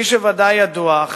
כפי שוודאי ידוע,